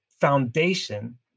foundation